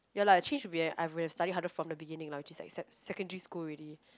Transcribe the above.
ya lah changed to be I would have study harder from the beginning just to accept now in Secondary school already